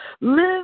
Live